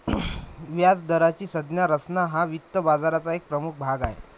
व्याजदराची संज्ञा रचना हा वित्त बाजाराचा एक प्रमुख भाग आहे